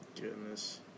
Goodness